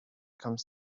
comes